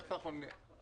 תכף אנחנו נראה.